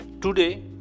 Today